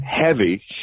heavy